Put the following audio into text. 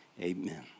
Amen